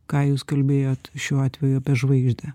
ką jūs kalbėjot šiuo atveju apie žvaigždę